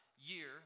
year